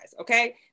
Okay